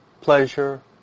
pleasure